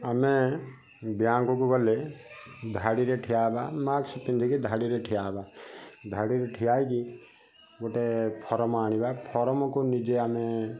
ଆମେ ବ୍ୟାଙ୍କକୁ ଗଲେ ଧାଡ଼ିରେ ଠିଆ ହବା ମାସ୍କ ପିନ୍ଧିକି ଧାଡ଼ିରେ ଠିଆ ହବା ଧାଡ଼ିରେ ଠିଆ ହେଇକି ଗୋଟେ ଫରମ ଆଣିବା ଫରମକୁ ନିଜେ ଆମେ